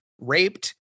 raped